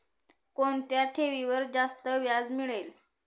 कोणत्या ठेवीवर जास्त व्याज मिळेल?